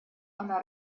она